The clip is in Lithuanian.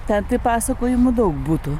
ten tai pasakojimų daug butų